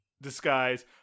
disguise